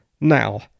now